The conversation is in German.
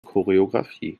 choreografie